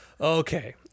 Okay